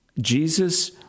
Jesus